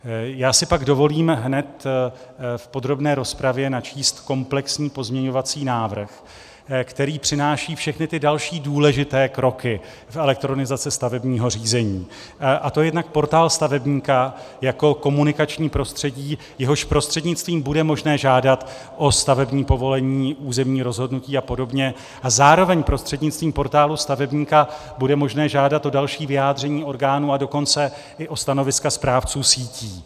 Já si pak dovolím hned v podrobné rozpravě načíst komplexní pozměňovací návrh, který přináší všechny ty další důležité kroky elektronizace stavebního řízení, a to jednak portál stavebníka jako komunikační prostředí, jehož prostřednictvím bude možné žádat o stavební povolení, územní rozhodnutí apod., a zároveň prostřednictvím portálu stavebníka bude možné žádat o další vyjádření orgánů, a dokonce i o stanoviska správců sítí.